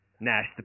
Nash